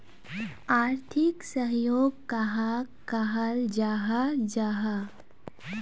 आर्थिक सहयोग कहाक कहाल जाहा जाहा?